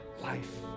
life